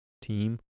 team